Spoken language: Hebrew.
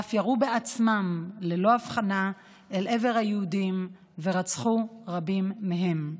ואף ירו בעצמם ללא הבחנה אל עבר היהודים ורצחו רבים מהם.